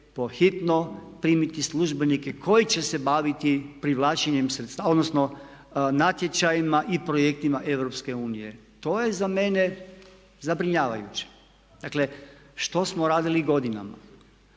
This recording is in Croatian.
po hitno primiti službenike koji će se baviti natječajima i projektima EU. To je za mene zabrinjavajuće. Dakle što smo radili godinama?